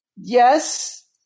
Yes